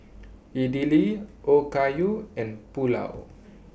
Idili Okayu and Pulao